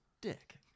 dick